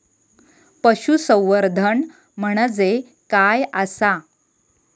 पशुसंवर्धन म्हणजे काय आसा?